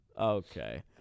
Okay